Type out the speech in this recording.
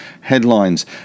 headlines